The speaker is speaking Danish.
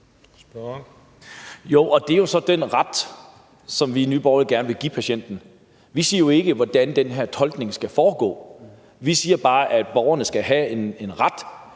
Det er jo så den ret, som vi i Nye Borgerlige gerne vil give patienten. Vi siger jo ikke, hvordan den her tolkning skal foregå. Vi siger bare, at borgerne skal have en ret